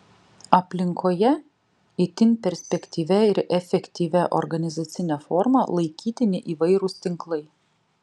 aplinkoje itin perspektyvia ir efektyvia organizacine forma laikytini įvairūs tinklai